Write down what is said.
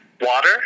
water